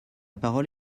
parole